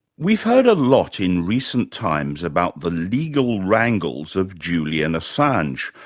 we've heard a lot in recent times about the legal wrangles of julian assange,